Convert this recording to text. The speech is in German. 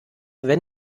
wenn